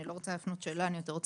אני לא רוצה להפנות שאלה אלא הערה.